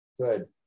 Good